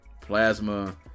Plasma